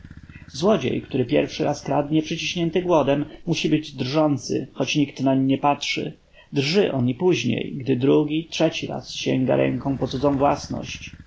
złodziej który pierwszy raz kradnie przyciśnięty głodem musi być drżący choć nikt nań nie patrzy drży on i później gdy drugi trzeci raz sięga ręką po cudzą własność